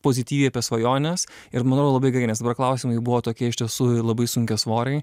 pozityviai apie svajones ir manau yra labai gerai nes dabar klausimai buvo tokie iš tiesų labai sunkiasvoriai